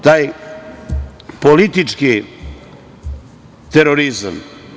Taj politički terorizam.